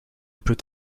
peut